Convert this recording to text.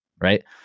Right